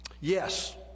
Yes